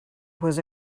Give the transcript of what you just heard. was